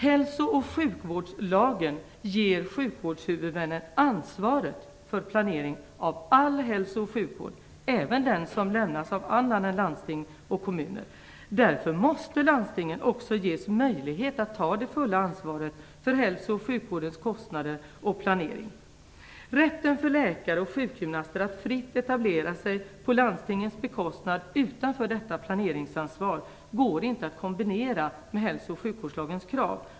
Hälso och sjukvårdslagen ger sjukvårdshuvudmännen ansvaret för planeringen av all hälso och sjukvård, även den som lämnas av annan än landsting och kommuner. Därför måste landstingen också ges möjligheter att ta det fulla ansvaret för hälso och sjukvårdens kostnader och planering. Rätten för läkare och sjukgymnaster att fritt etablera sig på landstingens bekostnad utanför detta planeringsansvar går inte att kombinera med hälso och sjukvårdslagens krav.